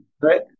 Right